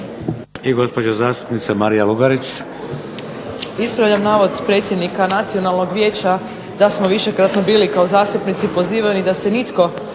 LUgarić. **Lugarić, Marija (SDP)** Ispravljam navod gospodina Nacionalnog vijeća da smo višekratno bili kao zastupnici pozivani i da se nitko